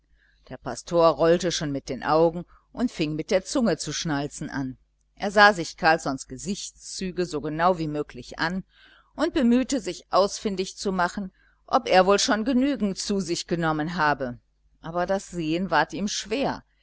der pastor rollte schon mit den augen und fing mit der zunge zu schnalzen an er sah sich carlssons gesichtszüge so genau wie möglich an und bemühte sich ausfindig zu machen ob er wohl schon genügend zu sich genommen habe aber das sehen ward ihm schwer